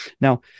now